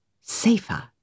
Safer